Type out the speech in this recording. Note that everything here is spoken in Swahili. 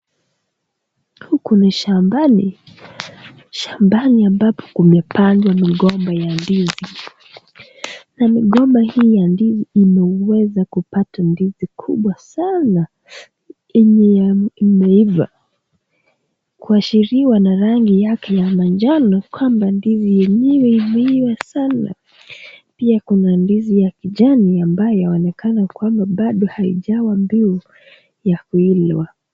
Huku ni shambani. Shambani ambapo kumepandwa migomba ya ndizi. Na migomba hii ya ndizi imeweza kupata ndizi kubwa sana yenye imeiva. Kuashiriwa na rangi yake ya manjano kwamba ndizi yenyewe imeiva sana. Pia kuna ndizi ya kijani ambayo inaonekana kwamba bado haijawa mbiu ya kuliwa.